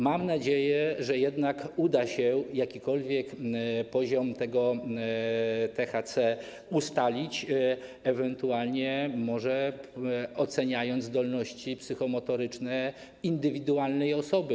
Mam nadzieję, że uda się jakikolwiek poziom tego THC ustalić, ewentualnie może oceniając zdolności psychomotoryczne indywidualnej osoby.